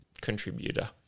contributor